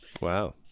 Wow